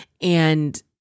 and-